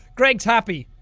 gregg's happy.